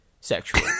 sexual